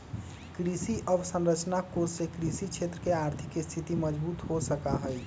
कृषि अवसरंचना कोष से कृषि क्षेत्र के आर्थिक स्थिति मजबूत हो सका हई